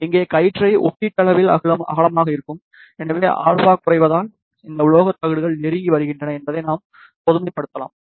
இங்கே கற்றை ஒப்பீட்டளவில் அகலமாக இருக்கும் எனவே α குறைவதால் இந்த உலோகத் தகடுகள் நெருங்கி வருகின்றன என்பதை நாம் பொதுமைப்படுத்தலாம்